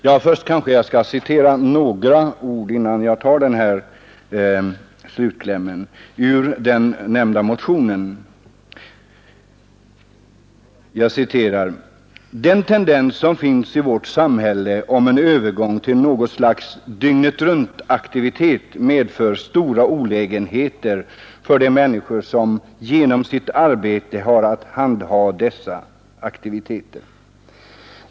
Jag skall citera några ord ur den nämnda motionen: ”Den tendens som finns i vårt samhälle om en övergång till något slags dygnet-runt-aktivitet, medför stora olägenheter för de människor som genom sitt arbete har att handha dessa aktiviteter.